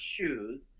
shoes